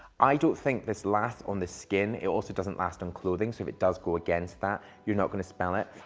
i don't think this last on the skin. it also doesn't last on clothing. so if it does go against that, you're not going to spell it.